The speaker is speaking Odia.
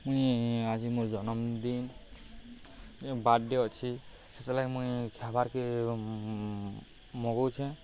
ମୁଇଁ ଆଜି ମୋ ଜନମ୍ଦିନ୍ ବାର୍ଥଡ଼େ ଅଛି ସେଥିଲାଗି ଲାଗି ମୁଇଁ ଖବାର୍କେ ମଗଉଛେଁ